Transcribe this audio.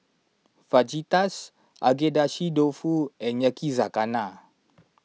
Fajitas Agedashi Dofu and Yakizakana